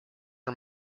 are